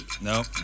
Nope